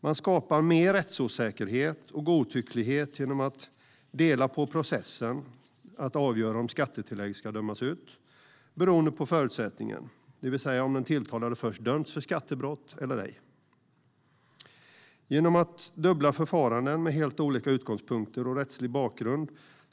Man skapar mer rättsosäkerhet och godtycklighet genom att dela på processen att avgöra om skattetillägg ska dömas ut, beroende på förutsättningen, det vill säga om den tilltalade först dömts för skattebrott eller ej. Det är dubbla förfaranden med helt olika utgångspunkter och rättsliga bakgrunder.